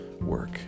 work